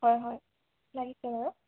হয় হয় লাগিছে বাৰু